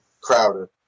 Crowder